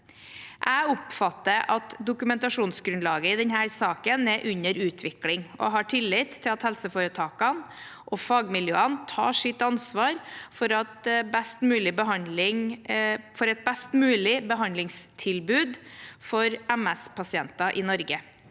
Jeg oppfatter at dokumentasjonsgrunnlaget i denne saken er under utvikling, og har tillit til at helseforetakene og fagmiljøene tar sitt ansvar for et best mulig behandlingstilbud for MS-pasienter i Norge.